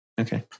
Okay